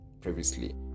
previously